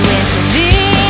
intervene